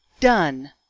Done